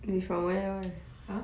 !huh!